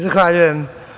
Zahvaljujem.